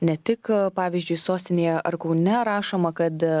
ne tik pavyzdžiui sostinėje ar kaune rašoma kad